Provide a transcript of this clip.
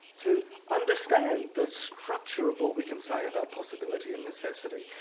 to understand the structure of what we can say about possibility and necessity.